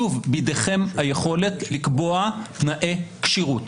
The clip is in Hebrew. שוב, בידיכם היכולת לקבוע תנאי כשירות.